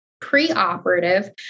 pre-operative